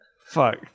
Fuck